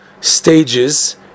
stages